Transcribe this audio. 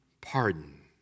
pardon